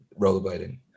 rollerblading